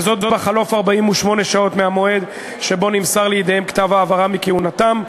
וזאת בחלוף 48 שעות מהמועד שבו נמסר לידיהם כתב ההעברה מכהונתם.